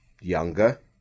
younger